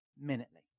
Minutely